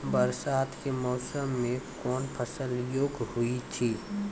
बरसात के मौसम मे कौन फसल योग्य हुई थी?